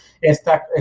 esta